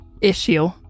issue